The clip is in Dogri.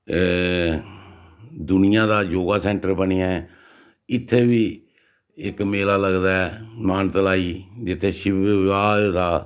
दुनिया दा योग सैंटर बनेआ इत्थें बी इक मेला लगदा ऐ मानतलाई जित्थें शिव विवाह् होए दा